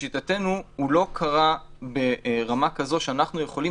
לשיטתנו הוא לא קרה ברמה כזאת שאנחנו יכולים